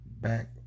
back